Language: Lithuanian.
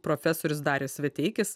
profesorius darius veteikis